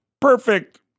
perfect